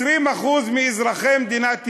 20% מאזרחי מדינת ישראל,